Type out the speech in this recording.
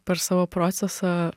per savo procesą